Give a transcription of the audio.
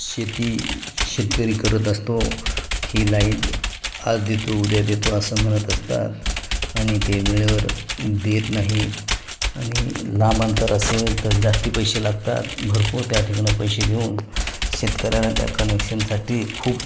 शेती शेतकरी करत असतो ही लाईट आज देतो उद्या देतो असं म्हणत असतात आणि ते वेळेवर देत नाहीत आणि लांब अंतर असेल तर जास्त पैसे लागतात भरपूर त्या ठिकाणं पैसे देऊन शेतकऱ्यांना त्या कनेक्शनसाठी खूप